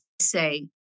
say